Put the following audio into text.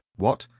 what,